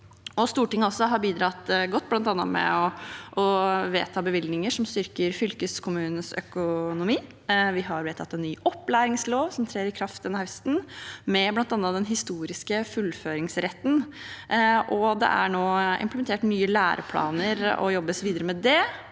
Stortinget har også bidratt godt, bl.a. ved å vedta bevilgninger som styrker fylkeskommunenes økonomi, og vi har vedtatt en ny opplæringslov som trer i kraft denne høsten, med bl.a. den historiske fullføringsretten. Det er nå implementert nye læreplaner og jobbes videre med det,